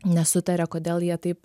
nesutaria kodėl jie taip